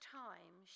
time